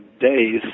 days